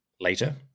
Later